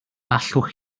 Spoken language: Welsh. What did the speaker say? allwch